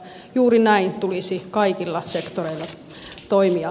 juuri näin tulisi kaikilla sektoreilla toimia